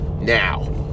Now